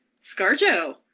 Scarjo